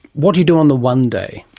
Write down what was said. what do you do on the one day?